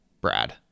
Brad